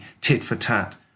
tit-for-tat